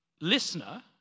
listener